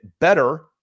better